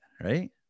right